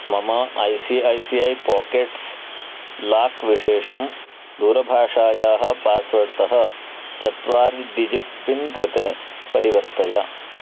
मम I C I C I pockets lock विशेषं दूरभाषायाः पास्वर्ड्तः चत्वारि डिजिट् पिन् कृते परिवर्तय